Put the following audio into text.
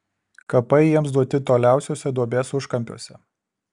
kapai jiems duoti toliausiuose duobės užkampiuose